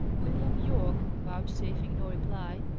william yorke, vouchsafing no reply,